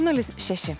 nulis šeši